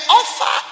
offer